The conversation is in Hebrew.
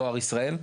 דואר ישראל?